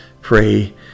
pray